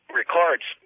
records